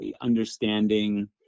understanding